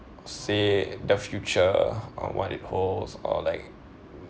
say the future or what it holds or like